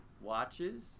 watches